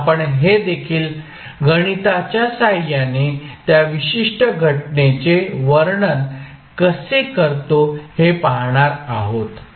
म्हणून आपण हे देखील गणिताच्या सहाय्याने त्या विशिष्ट घटनेचे वर्णन कसे करतो हे पाहणार आहोत